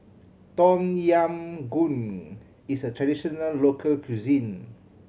Tom Yam Goong is a traditional local cuisine